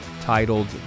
titled